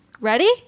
Ready